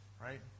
right